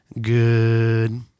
good